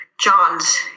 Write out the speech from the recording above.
John's